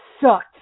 sucked